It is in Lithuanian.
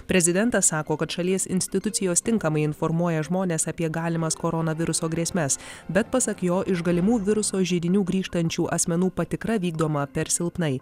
prezidentas sako kad šalies institucijos tinkamai informuoja žmones apie galimas koronaviruso grėsmes bet pasak jo iš galimų viruso židinių grįžtančių asmenų patikra vykdoma per silpnai